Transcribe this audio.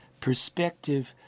perspective